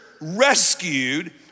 rescued